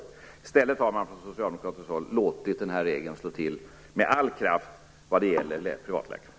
Men i stället har man från socialdemokratiskt håll låtit regeln slå till med all kraft när det gäller privatläkarna.